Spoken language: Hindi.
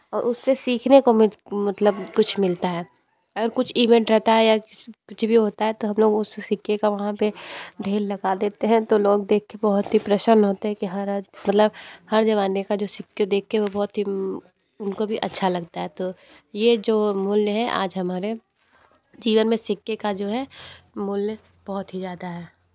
और उस से सीखने को मतलब कुछ मिलता है और कुछ इवेंट रहता है या कुछ भी होता है तो हम लोग उस सिक्के का वहाँ पे ढेर लगा देते हैं तो लोग देख के बहुत ही प्रसन होते हैं कि हमारा मतलब हर जमाने का जो सिक्के देखके वो बहुत ही उनको भी अच्छा लगता है तो ये जो मूल्य है आज हमारे जीवन में सिक्के का जो है मूल्य बहुत ही ज़्यादा है